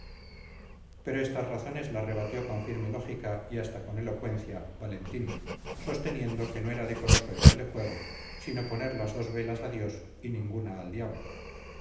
pero estas razones las rebatió con firme lógica y hasta con elocuencia valentín sosteniendo que no era decoroso el doble juego sino poner las dos velas a dios y ninguna al diablo